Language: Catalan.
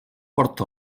porta